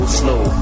slow